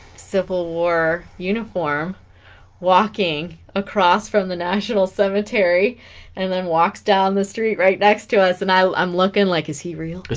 civil war uniform walking across from the national cemetery and then walks down the street right next to us and i'm i'm looking like is he real